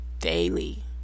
daily